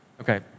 okay